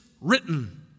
written